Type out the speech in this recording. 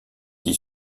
qui